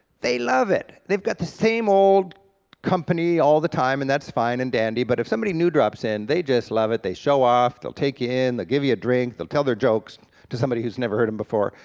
they love it, they've got the same old company all the time, and that's fine and dandy, but if somebody new drops in they just love it. they show off, they'll take you in, they'll give you a drink, they'll tell their jokes to somebody who's never heard them before,